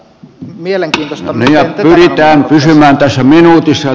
mielenkiintoista miten te tämän ongelman ratkaisette